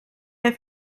der